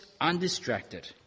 undistracted